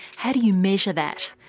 how do you measure that?